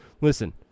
Listen